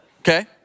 Okay